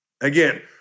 Again